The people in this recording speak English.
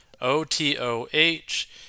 O-T-O-H